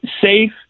safe